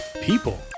people